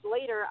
later